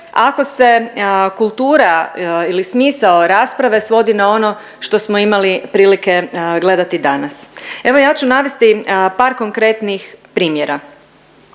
ako se kultura ili smisao rasprave svodi na ono što smo imali prilike gledati danas. Evo ja ću navesti par konkretnih primjera.